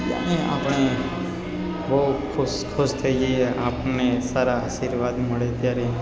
જાણે આપણે બહુ ખુશ ખુશ થઈ જઈએ આપણને સારા આશીર્વાદ મળે ત્યારે